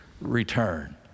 return